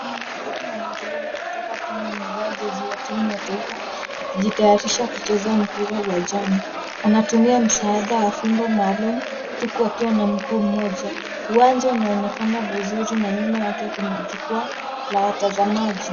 Mwanamke mwanariadha kutoka Kenya amevaa jezi ya timu ya taifa akijitayarisha kucheza mpira uwanjani. Anatumia msaada wa fimbo maalum huku akiwa na mguu mmoja. Uwanja unaonekana vizuri na nyuma yake kuna jukwaa la watazamaji.